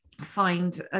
find